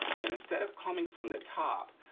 and instead of coming from the top,